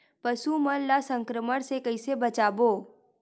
पशु मन ला संक्रमण से कइसे बचाबो?